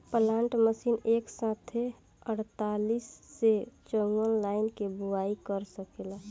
planter machine एक साथे अड़तालीस से चौवन लाइन के बोआई क सकेला